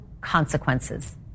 consequences